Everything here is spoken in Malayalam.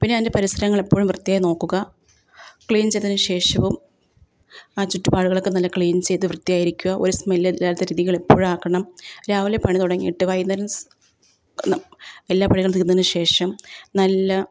പിന്നെ അതിൻ്റെ പരിസരങ്ങളെപ്പോഴും വൃത്തിയായി നോക്കുക ക്ളീൻ ചെയ്തതിനു ശേഷവും ആ ചുറ്റുപാടുകളൊക്കെ നല്ല ക്ളീൻ ചെയ്ത് വൃത്തിയായി ഇരിക്കുക ഒരു സ്മെല്ല് ഇല്ലാത്ത രീതികൾ എപ്പോഴും ആക്കണം രാവിലെ പണി തുടങ്ങിയിട്ട് വൈകുന്നേരം ഒന്നം എല്ലാ പണികളും തീർന്നതിനു ശേഷം നല്ല